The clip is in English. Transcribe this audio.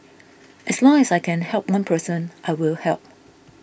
as long as I can help one person I will help